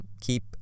Keep